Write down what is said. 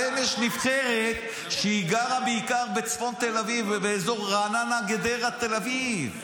להם יש נבחרת שגרה בעיקר בצפון תל אביב ובאזור רעננה-גדרה-תל אביב.